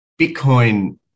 Bitcoin